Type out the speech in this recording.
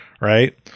right